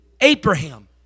Abraham